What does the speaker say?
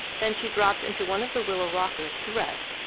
then she dropped into one of the willow rockers to rest,